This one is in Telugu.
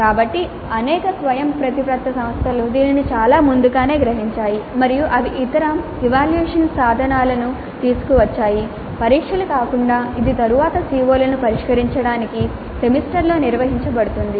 కాబట్టి అనేక స్వయంప్రతిపత్త సంస్థలు దీనిని చాలా ముందుగానే గ్రహించాయి మరియు అవి ఇతర ఎవాల్యూయేషన్ సాధనాలను తీసుకువచ్చాయి పరీక్షలు కాకుండా ఇది తరువాత CO లను పరిష్కరించడానికి సెమిస్టర్లో నిర్వహించబడుతుంది